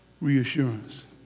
reassurance